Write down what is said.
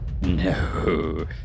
No